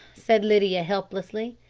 said lydia helplessly.